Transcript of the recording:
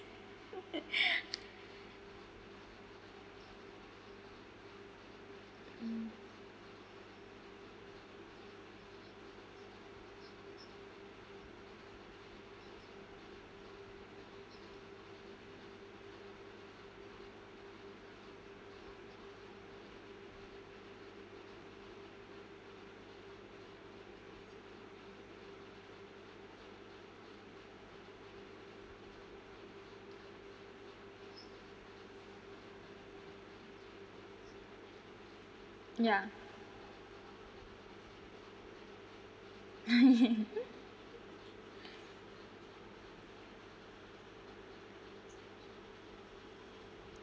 mm ya